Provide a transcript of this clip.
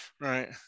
right